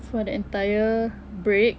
for the entire break